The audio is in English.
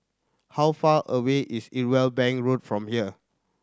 how far away is Irwell Bank Road from here